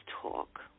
talk